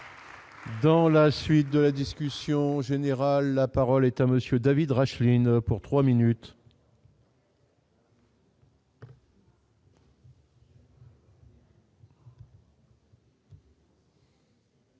Dans la suite de la discussion générale, la parole est à monsieur David Rachline pour 3 minutes.